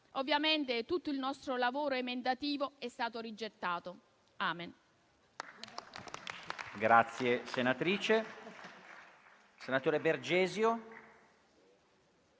Ovviamente tutto il nostro lavoro emendativo è stato rigettato. Amen.